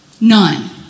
None